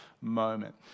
moment